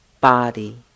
body